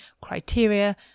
criteria